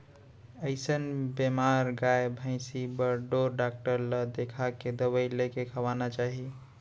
अइसन बेमार गाय भइंसी बर ढोर डॉक्टर ल देखाके दवई लेके खवाना चाही